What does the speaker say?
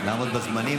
לעמוד בזמנים.